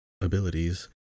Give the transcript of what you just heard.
abilities